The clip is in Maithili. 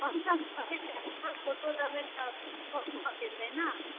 कमसम कही तऽ अच्छा फोटो देबै तऽ किछु कम भऽ जेतै ने